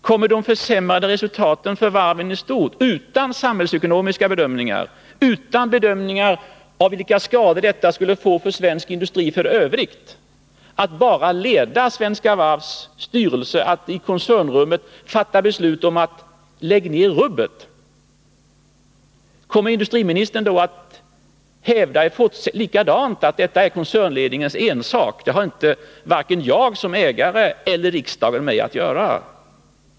Kommer de försämrade resultaten för varven i stort att leda Svenska Varvs styrelse till att i koncernrummet — utan samhällsekonomiska bedömningar och bedömningar av vilka skador det skulle få för svensk industri i övrigt — fatta beslut om att lägga ner hela verksamheten? Kommer industriministern även då att hävda att det är koncernledningens ensak — detta har varken industriministern som ägare eller riksdagen med att göra?